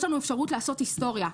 יש לנו אפשרות לעשות היסטוריה.